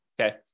okay